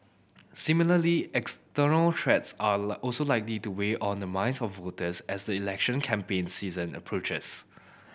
similarly external threats are also likely to weigh on the minds of voters as the election campaign season approaches